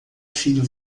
filho